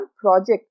project